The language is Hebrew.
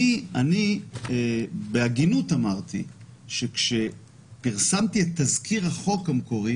אמרתי בהגינות שכשפרסמתי את תזכיר החוק המקורי